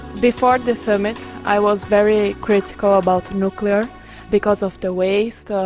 before the summit i was very critical about nuclear because of the ways the.